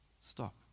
stop